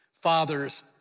Fathers